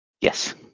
Yes